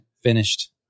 finished